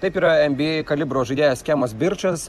taip yra nba kalibro žaidėjas kemas birčas